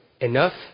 enough